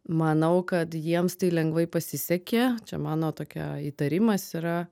manau kad jiems tai lengvai pasisekė čia mano tokia įtarimas yra